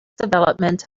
development